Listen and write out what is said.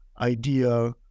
idea